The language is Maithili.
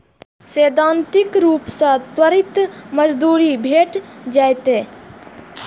सैद्धांतिक रूप सं त्वरित मंजूरी भेट जायत